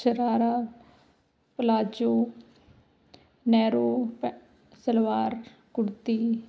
ਸ਼ਰਾਰਾ palazzo narrow ਪੈ ਸਲਵਾਰ ਕੁੜਤੀ